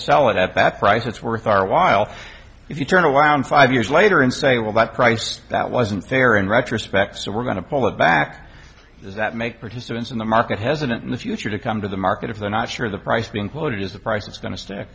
sell it at that price it's worth our while if you turn around five years later and say well that price that wasn't fair in retrospect so we're going to pull it back does that make participants in the market hesitant in the future to come to the market if they're not sure the price being quoted is the price it's going to s